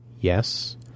Yes